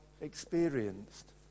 experienced